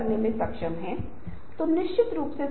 चित्र पाठ के पूरक थे अथवा पाठ चित्रण का पूरक है